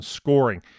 scoring